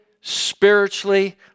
spiritually